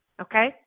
Okay